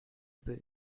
peux